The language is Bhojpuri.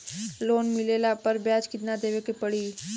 लोन मिलले पर ब्याज कितनादेवे के पड़ी?